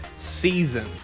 season